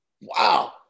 wow